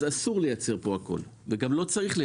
אסור לייצר פה הכול וגם לא צריך.